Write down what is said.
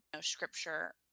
scripture